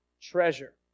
treasure